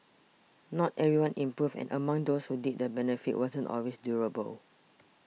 not everyone improved and among those who did the benefit wasn't always durable